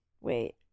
Wait